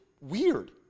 weird